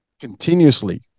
continuously